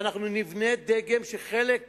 ואנחנו נבנה דגם כך שחלק